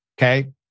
okay